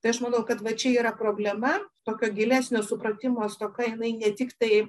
tai aš manau kad va čia yra problema tokio gilesnio supratimo stoka jinai ne tiktai